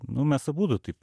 nu mes abudu taip